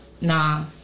nah